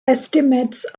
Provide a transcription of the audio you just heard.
estimates